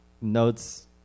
notes